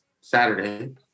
Saturday